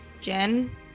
Jen